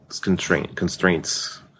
constraints